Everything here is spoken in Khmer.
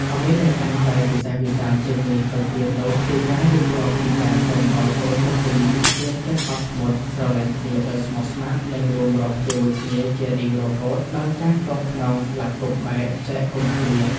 អ្វីដែលកាន់តែវិសេសវិសាលជាងនេះទៅទៀតនោះ គឺការរៀបរាប់ពីការសុំឱ្យកូនទាំងពីរមានចិត្តអត់ធ្មត់ ស្រឡាញ់គ្នាដោយស្មោះស្ម័គ្រ និងរួមរស់ជាមួយគ្នាជារៀងរហូតដល់ចាស់កោងខ្នង ស្លាប់កុំបែក ចែកកុំឃ្លាត។